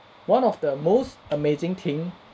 one of the most amazing thing